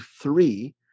three